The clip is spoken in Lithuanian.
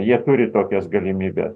jie turi tokias galimybe